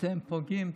אתם פוגעים.